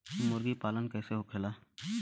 मुर्गी पालन कैसे होखेला?